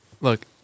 Look